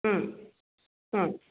ಹ್ಞೂ ಹ್ಞೂ